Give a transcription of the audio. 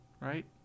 right